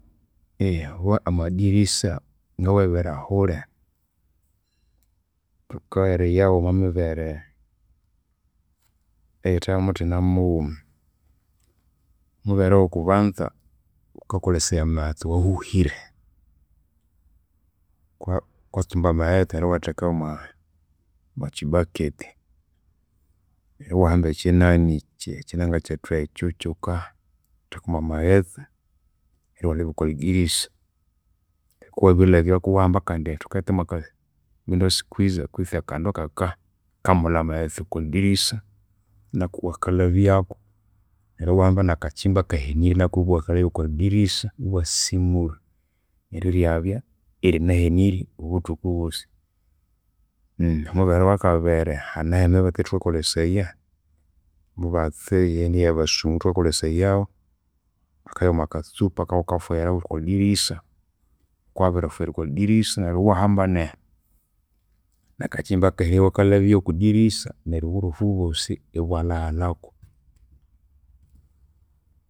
Amadirisa ngawebirahuli, thukaghorayaghu omwamibere eyithe yamuthina mughuma. Omubere oghokubanza, ghukakolesaya amaghestse awahuhire, ghuka ghukatsumba amaghetse neryo iwathekaghu omwakyibucket. Neryo iwahamba ekyinani ekyi ekyinanga kyethu ekyu, ekyaghukathekamu amaghetse neryo iwalhabya okwalidirisa. Ghukabya wabirilhabyaku iwahamba akandi thuketamu aka window squeezer kwitsi akandu akakakamulha amaghestse okwidirisa naku iwakalhabyaku neryo iwahamba nakakyimba akahenirye naku iwakalhabya okwalidirisa isasimura. Neryo iryaba irinahenirye obuthuku bwosi. Omubere owakabiri, hanehu emibatsi eyathukakolesaya. Omubatsi yaneyabasungu thukakolesaghu akabya omwakatsupa akaghukafuyira okwalidirisa. Ghukabya wabirikafuyira okwalidirisa neru iwahamba nakakyimba akahenirye iwakalhabya okwaridirisa, neryo obulofu obwosi ibyalhaghalhaku.